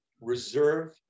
reserve